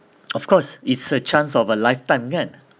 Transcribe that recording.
of course it's a chance of a lifetime kan